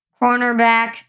cornerback